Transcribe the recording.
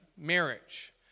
marriage